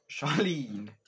Charlene